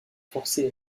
forcé